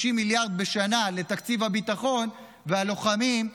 50 מיליארד בשנה לתקציב הביטחון והלוחמים,